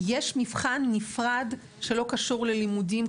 יש מבחן נפרד שלא קשור ללימודים,